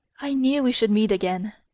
i knew we should meet again.